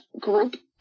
group